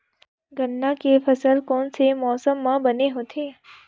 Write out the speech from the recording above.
गन्ना के फसल कोन से मौसम म बने होथे?